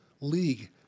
league